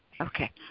Okay